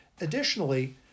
Additionally